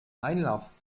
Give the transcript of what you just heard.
einlauf